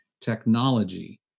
technology